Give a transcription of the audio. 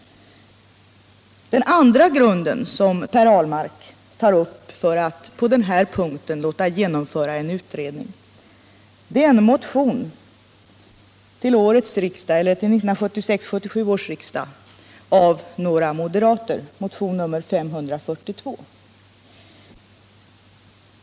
Den andra grunden som Per Ahlmark tar upp för att på den här punkten låta genomföra en utredning är en motion till 1976/77 års riksdag som avlämnats av några moderater och som har nr 542.